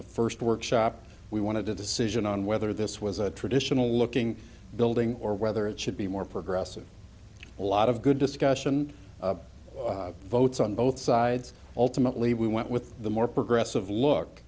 the first workshop we want to do decision on whether this was a traditional looking building or whether it should be more progressive a lot of good discussion votes on both sides ultimately we went with the more progressive l